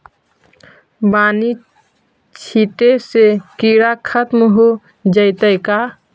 बानि छिटे से किड़ा खत्म हो जितै का?